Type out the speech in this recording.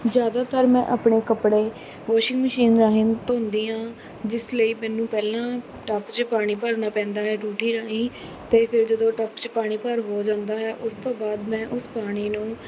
ਜ਼ਿਆਦਾਤਰ ਮੈਂ ਆਪਣੇ ਕੱਪੜੇ ਵੋਸ਼ਿੰਗ ਮਸ਼ੀਨ ਰਾਹੀਂ ਧੋਂਦੀ ਹਾਂ ਜਿਸ ਲਈ ਮੈਨੂੰ ਪਹਿਲਾਂ ਟੱਪ 'ਚ ਪਾਣੀ ਭਰਨਾ ਪੈਂਦਾ ਹੈ ਟੂਟੀ ਰਾਹੀਂ ਅਤੇ ਫੇਰ ਜਦੋਂ ਟੱਪ 'ਚ ਪਾਣੀ ਭਰ ਹੋ ਜਾਂਦਾ ਹੈ ਉਸ ਤੋਂ ਬਾਅਦ ਮੈਂ ਉਸ ਪਾਣੀ ਨੂੰ